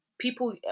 People